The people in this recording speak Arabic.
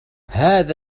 هذا